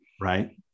Right